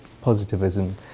Positivism